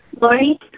Lori